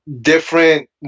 different